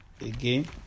again